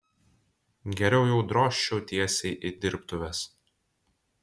geriau jau drožčiau tiesiai į dirbtuves